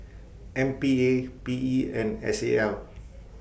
M P A P E and S A L